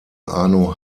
arno